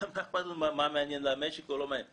מה אכפת לנו מה מעניין למשק ומה לא מעניין?